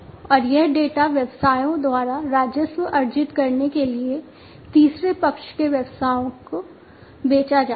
और यह डेटा व्यवसायों द्वारा राजस्व अर्जित करने के लिए तीसरे पक्ष के व्यवसायों को बेचा जाता है